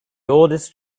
oldest